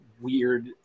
weird